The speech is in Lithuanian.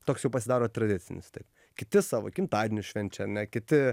toks jau pasidaro tradicinis tai kiti savo gimtadienius švenčia ane kiti